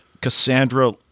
Cassandra